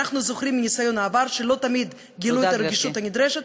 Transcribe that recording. אנחנו זוכרים מניסיון העבר שלא תמיד גילו את הרגישות הנדרשת,